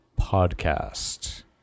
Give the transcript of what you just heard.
podcast